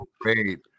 great